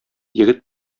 егет